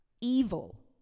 evil